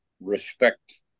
respect